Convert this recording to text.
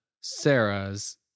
Sarah's